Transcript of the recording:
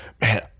Man